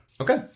Okay